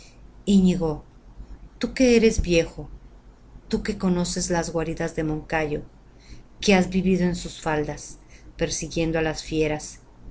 sus palabras iñigo tú que eres viejo tú que conoces todas las guaridas del moncayo que has vivido en sus faldas persiguiendo á las fieras